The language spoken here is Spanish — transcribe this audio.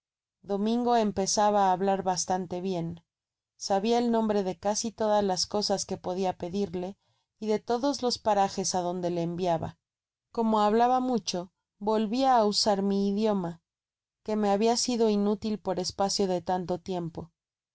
domingo empezaba á hablar bastante bien sabia el nombre de casi todas las cosas que podia pedirle y de todos los parajes adonde le enviaba como hablaba mucho voltia á usar mi idioma que me habia sido inútil por espacio de tanto tiempo